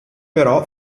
però